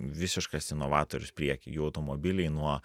visiškas inovatorius prieky jų automobiliai nuo